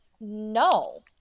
No